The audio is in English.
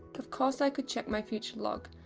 of course i could check my future log,